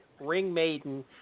Ringmaiden